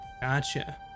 Gotcha